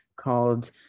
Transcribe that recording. called